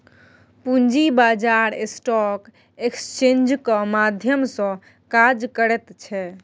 पूंजी बाजार स्टॉक एक्सेन्जक माध्यम सँ काज करैत छै